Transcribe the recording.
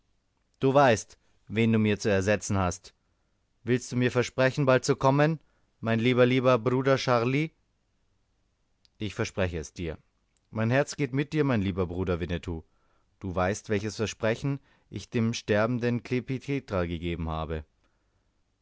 du weißt wen du mir zu ersetzen hast willst du mir versprechen bald zu kommen mein lieber lieber bruder scharlih ich verspreche es dir mein herz geht mit dir mein lieber bruder winnetou du weißt welches versprechen ich dem sterbenden klekih petra gegeben habe